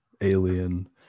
alien